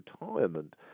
retirement